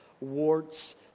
Warts